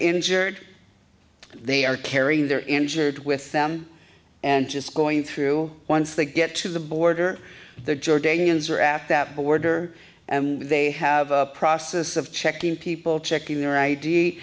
injured they are carrying their injured with them and just going through once they get to the border the jordanians are after that border and they have a process of checking people checking their i